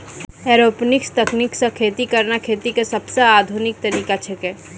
aeroponics तकनीक सॅ खेती करना खेती के सबसॅ आधुनिक तरीका छेकै